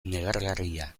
negargarria